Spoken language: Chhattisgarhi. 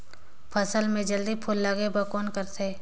फसल मे जल्दी फूल लगे बर कौन करथे?